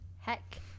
Heck